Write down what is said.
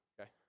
okay